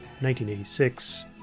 1986